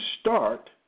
start